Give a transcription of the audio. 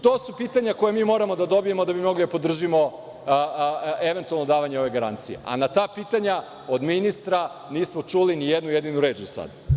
To su pitanja koja moramo da dobijemo da bi mogli da podržimo eventualno davanje garancije, a na ta pitanja od ministra nismo čuli ni jednu jedinu reč do sada.